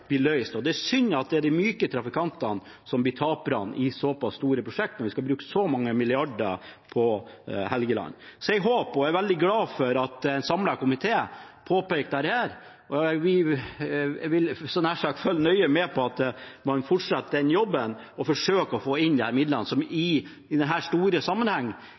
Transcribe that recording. blir løst, og det er synd at det er de myke trafikantene som blir taperne i så pass store prosjekter – når vi skal bruke så mange milliarder på Helgeland. Jeg er veldig glad for at en samlet komité påpeker dette, og jeg vil – så nær sagt – følge nøye med på at man fortsetter den jobben og forsøker å få inn disse midlene, som i den store